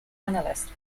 analyst